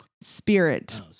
Spirit